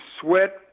sweat